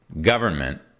government